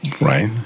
Right